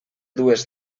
dues